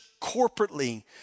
corporately